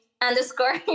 underscore